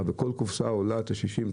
וכל קופסא עולה 60,